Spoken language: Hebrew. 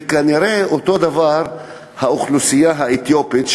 וכנראה אותו דבר האוכלוסייה האתיופית,